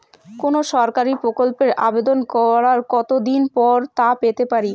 কোনো সরকারি প্রকল্পের আবেদন করার কত দিন পর তা পেতে পারি?